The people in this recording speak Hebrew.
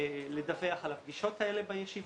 לדווח על הפגישות האלה בישיבות.